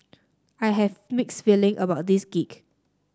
I have mixed feeling about this gig